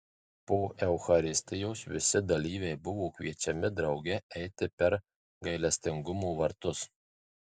po eucharistijos visi dalyviai buvo kviečiami drauge eiti per gailestingumo vartus